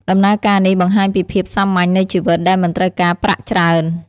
ដំណើរការនេះបង្ហាញពីភាពសាមញ្ញនៃជីវិតដែលមិនត្រូវការប្រាក់ច្រើន។